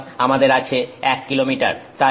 সুতরাং আমাদের আছে 1 কিলোমিটার